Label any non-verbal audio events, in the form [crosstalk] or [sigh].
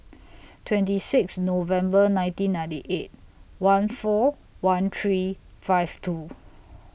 [noise] twenty six November nineteen ninety eight one four one three five two